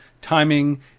timing